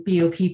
BOP